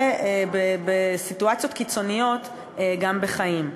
ובסיטואציות קיצוניות גם בחיים.